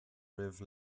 roimh